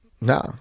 Nah